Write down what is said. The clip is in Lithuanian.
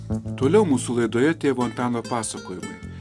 toliau mūsų laidoje tėvo antano pasakojimai